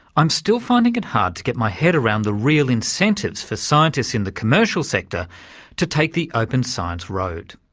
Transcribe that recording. i'm still finding it hard to get my head around the real incentives for scientists in the commercial sector to take the open science road.